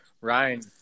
Ryan